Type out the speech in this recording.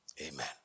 Amen